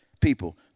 People